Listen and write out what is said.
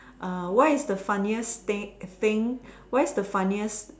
err why is the funniest thing what is the funniest